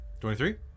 23